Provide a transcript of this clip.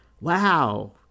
wow